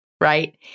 right